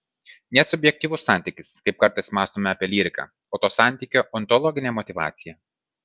ne subjektyvus santykis kaip kartais mąstome apie lyriką o to santykio ontologinė motyvacija